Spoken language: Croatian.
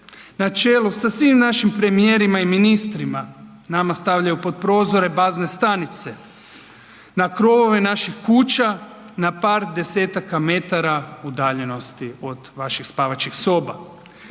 na čelu sa svim našim premijerima i ministrima, nama stavljaju pod prozore bazne stanice, na krovove naših kuća, na par desetaka metara udaljenosti od vaših spavaćih soba.